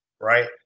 right